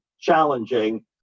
challenging